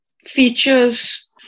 features